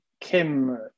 Kim